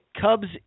Cubs